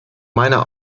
meiner